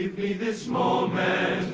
me this moment,